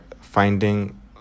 finding